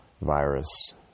virus